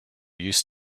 used